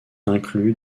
inclus